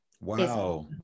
Wow